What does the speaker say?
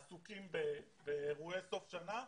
עסוקים באירועי סוף שנה.